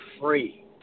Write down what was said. free